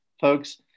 folks